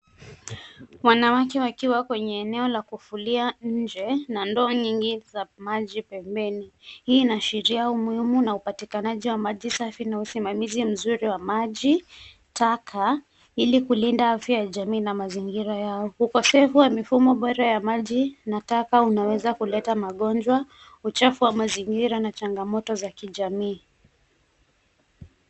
Wanawake wakiwa kwenye eneo la kufulia nje na ndoo nyingi za maji pembeni. Hii inaashiria umuhimu na upatikanaji wa maji safi na usimamizi mzuri wa maji taka ili kulinda afya ya jamii na mazingira yao. Ukosefu wa mifumo bora ya maji na taka unaweza kuleta magonjwa, uchafu wa mazingira na chagamoto za kijamii.